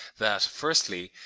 that, firstly,